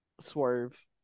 Swerve